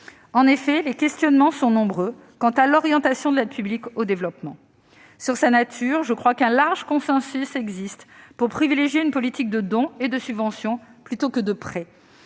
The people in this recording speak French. En effet, les questionnements relatifs à l'orientation de l'aide publique au développement sont nombreux. Sur sa nature, je crois qu'un large consensus existe pour privilégier une politique de dons et de subventions plutôt que de prêts,